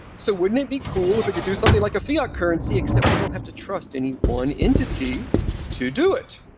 so wouldn't it be cool if it could do something like a fiat currency, except we don't have to trust any one entity to do it?